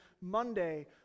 Monday